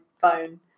phone